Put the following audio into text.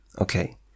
Okay